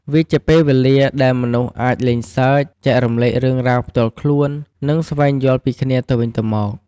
វាជាពេលវេលាដែលមនុស្សអាចលេងសើច ចែករំលែករឿងរ៉ាវផ្ទាល់ខ្លួន និងស្វែងយល់ពីគ្នាទៅវិញទៅមក។